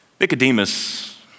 Nicodemus